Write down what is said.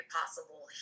possible